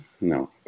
No